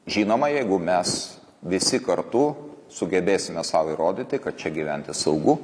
žinoma jeigu mes visi kartu sugebėsime sau įrodyti kad čia gyventi saugu